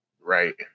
Right